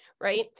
Right